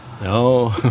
No